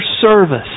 service